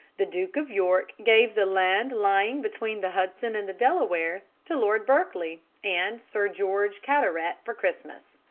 the duke of york gave the land lying between the hudson and the delaware to lord berkeley and sir george carteret for christmas.